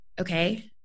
okay